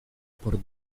por